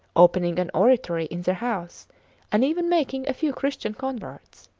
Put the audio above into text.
opening an oratory in their house and even making a few christian converts.